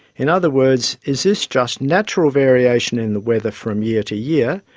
in other words, is this just natural variation in the weather from year to year,